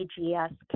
AGS